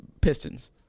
Pistons